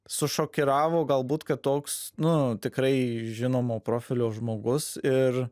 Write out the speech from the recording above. sušokiravo galbūt kad toks nu tikrai žinomo profilio žmogus ir